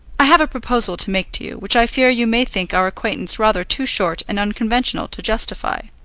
i have a proposal to make to you, which i fear you may think our acquaintance rather too short and unconventional to justify.